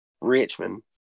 Richmond